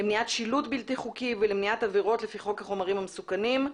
למניעת שילוט בלתי חוקי ולמניעת עבירות לפי חוק החומרים המסוכנים,